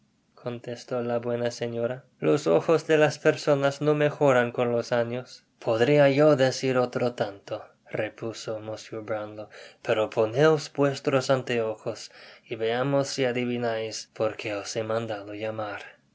contestó la buena señora los ojos de las personas no mejoran con los años podria yo decir otro tanto repuso mr brownlow pero poneos vuestros anteojos y veamos si adivinais porque os he man dado llamar la